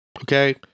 Okay